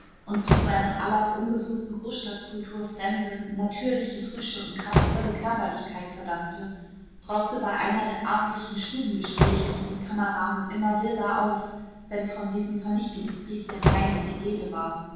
und ihm seine aller ungesunden großstadtkultur fremde natürliche frische und kraftvolle körperlichkeit verdankte brauste bei einer der abendlichen stubengespräche mit den kameraden immer wilder auf wenn von diesem vernichtungskrieg der feinde die rede war